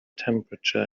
temperature